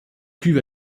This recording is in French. cuve